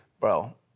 Bro